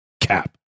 cap